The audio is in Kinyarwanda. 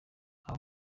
aba